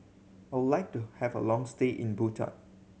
I would like to have a long stay in Bhutan